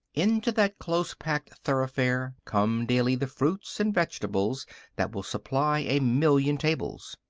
into that close-packed thoroughfare come daily the fruits and vegetables that will supply a million tables.